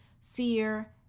fear